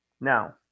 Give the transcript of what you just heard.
Now